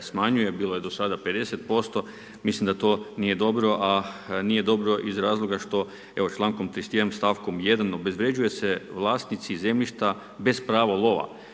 smanjuje bilo je do sada 50% mislim da to nije dobro, a nije dobro iz razloga što evo člankom 31. stavkom 1. obezvređuje se vlasnici zemljišta bez pravo lova,